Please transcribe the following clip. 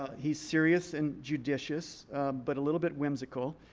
he's serious and judicious but a little bit whimsical.